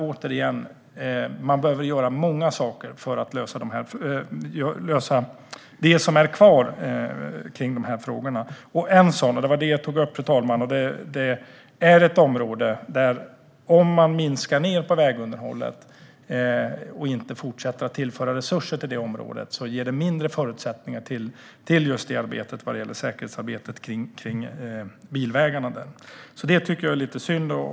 Återigen: Man behöver göra många saker för att lösa dessa frågor. Det som är kvar är problemet - det var också det som jag tog upp - att om man minskar ned på vägunderhållet och inte fortsätter att tillföra resurser till det området ger det mindre förutsättningar för säkerhetsarbetet kring bilvägarna. Det tycker jag är lite synd.